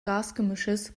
gasgemischs